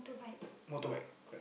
motorbike